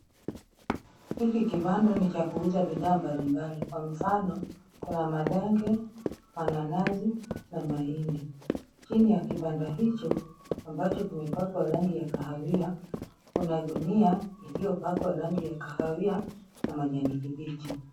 Hiki kibanda ni cha kuuza bidhaa mbalimbali kwa mfano kuna malenge, mananasi na mahindi. Chini ya kibanda hicho ambacho kimepakwa rangi ya kahawia, kuna gunia iliyopakwa rangi ya kahawia na kijani kibichi.